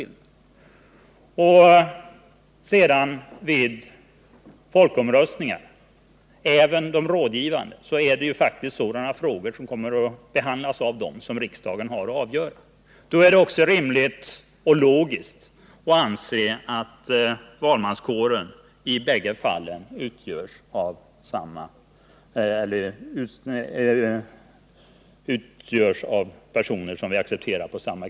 När det sedan gäller folkomröstningar, även de rådgivande, har ju riksdagen att avgöra de frågor som därvid skall tas upp. Det är då rimligt och logiskt att anse att valmanskåren i de båda aktuella fallen skall vara densamma.